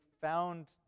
found